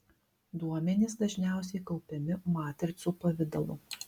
duomenys dažniausiai kaupiami matricų pavidalu